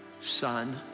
son